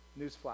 newsflash